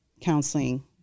counseling